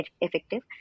effective